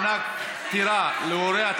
מענק פטירה להורה),